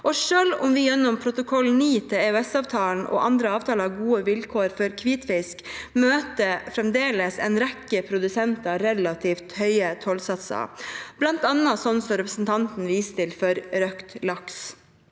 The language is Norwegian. Selv om vi gjennom protokoll 9 til EØS-avtalen og andre avtaler har gode vilkår for hvitfisk, møter fremdeles en rekke produsenter relativt høye tollsatser, bl.a. slik representanten viser til for røkt laks.